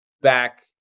back